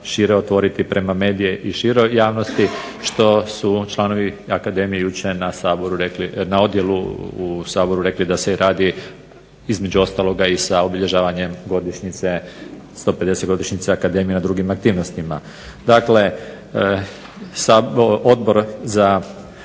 šire otvoriti prema medijima i široj javnosti što su članovi Akademije jučer na odjelu u Saboru rekli i da se i radi između ostaloga i sa obilježavanjem 150. godišnjice Akademije na drugim aktivnostima. Dakle, Odbor za